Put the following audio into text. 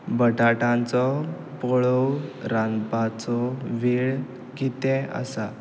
बटाट्यांचो कळोव रांदपाचो वेळ कितें आसा